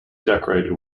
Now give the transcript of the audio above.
decorated